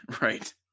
Right